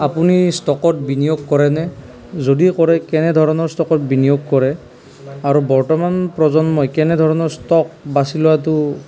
আপুনি ষ্টকত বিনিয়োগ কৰেনে যদি কৰে কেনেধৰণৰ ষ্টকত বিনিয়োগ কৰে আৰু বৰ্তমান প্ৰজন্মই কেনেধৰণৰ ষ্টক বাচি লোৱাতো